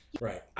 right